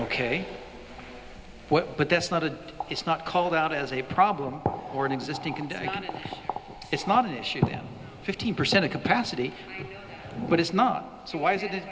ok but that's not a it's not called out as a problem or an existing condition it's not an issue fifteen percent of capacity but it's not so why is it